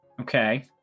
Okay